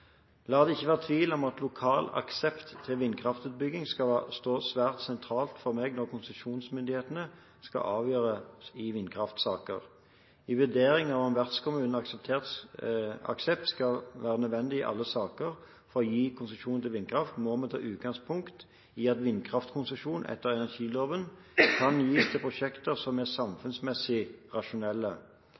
La det ikke være tvil om at lokal aksept til vindkraftutbygging skal stå svært sentralt for meg når konsesjonsmyndighetene skal avgjøre vindkraftsaker. I vurderingen av om vertskommunens aksept skal være nødvendig i alle saker for å gi konsesjon til vindkraft, må vi ta utgangspunkt i at vindkraftkonsesjon etter energiloven kan gis til prosjekter som er samfunnsmessig rasjonelle.